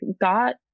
got